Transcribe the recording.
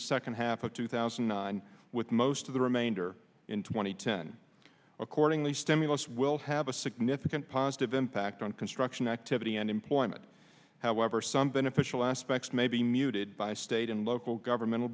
the second half of two thousand and nine with most of the remainder in two thousand and ten accordingly stimulus will have a significant positive impact on construction activity and employment however some beneficial aspects may be muted by state and local governmental